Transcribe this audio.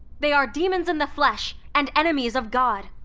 they are demons in the flesh and enemies of god!